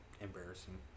embarrassing